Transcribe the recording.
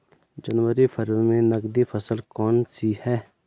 जनवरी फरवरी में नकदी फसल कौनसी है?